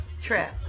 trip